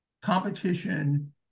competition